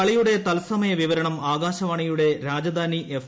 കളിയുടെ തത്സമയ വിവരണം ആകാശവാണിയുടെ രാജധാനി എഫ്